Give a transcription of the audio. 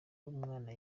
w’umwana